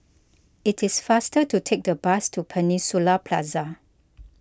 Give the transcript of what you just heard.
it is faster to take the bus to Peninsula Plaza